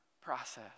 process